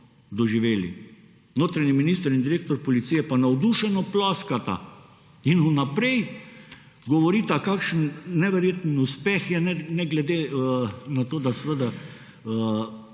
doživeli. Notranji minister in direktor policije pa navdušeno ploskata in vnaprej govorita, kakšen neverjeten uspeh je ne glede na to, da seveda